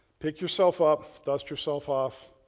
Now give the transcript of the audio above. pick yourself up, dust yourself off,